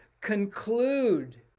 conclude